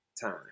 time